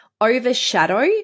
overshadow